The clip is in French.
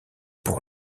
pour